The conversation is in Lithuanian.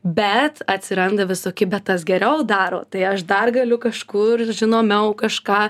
bet atsiranda visoki bet tas geriau daro tai aš dar galiu kažkur žinomiau kažką